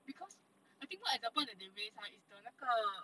because I think what are the points that they raise right is the 那个